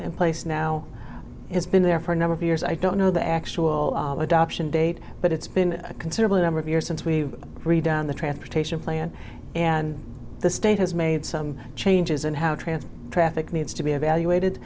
in place now has been there for a number of years i don't know the actual adoption date but it's been a considerable number of years since we've redone the transportation plan and the state has made some changes in how trans traffic needs to be evaluated